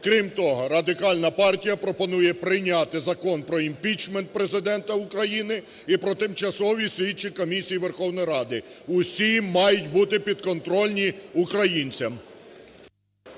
Крім того, Радикальна партія пропонує прийняти Закон про імпічмент Президента України і про тимчасові слідчі комісії Верховної Ради. Усі мають бути підконтрольні українцям.